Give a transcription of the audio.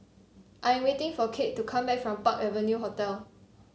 I am waiting for Kade to come back from Park Avenue Hotel